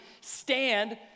stand